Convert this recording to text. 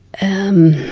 and